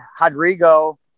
Rodrigo